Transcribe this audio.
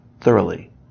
thoroughly